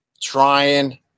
Trying